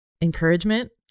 encouragement